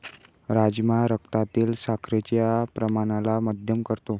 राजमा रक्तातील साखरेच्या प्रमाणाला मध्यम करतो